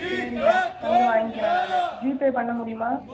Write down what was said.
சரிண்ண வந்து வாங்கிகிறேன் நான் ஜிபே பண்ண முடியுமா